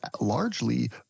largely